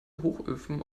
hochöfen